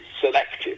selective